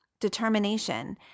determination